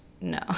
No